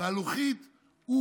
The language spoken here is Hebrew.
הלוחית,